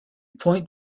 point